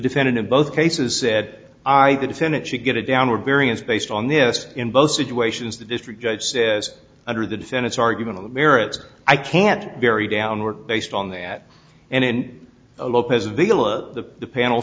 defendant in both cases it i the defendant should get a downward variance based on this in both situations the district judge says under the descendants argument of the merits i can't very down work based on that and in lopez the panel